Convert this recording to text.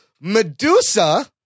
Medusa